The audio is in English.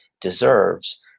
deserves